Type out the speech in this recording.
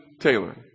Taylor